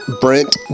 Brent